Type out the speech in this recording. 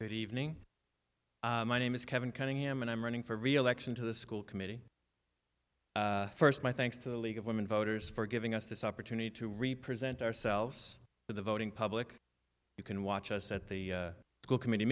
that evening my name is kevin cunningham and i'm running for reelection to the school committee first my thanks to the league of women voters for giving us this opportunity to reproduce and ourselves for the voting public you can watch us at the school committee